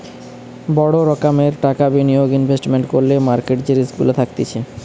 বড় রোকোমের টাকা বিনিয়োগ ইনভেস্টমেন্ট করলে মার্কেট যে রিস্ক গুলা থাকতিছে